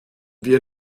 wir